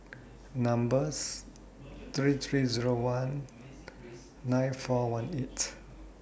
number's three three Zero one nine four one eight